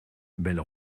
belle